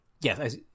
Yes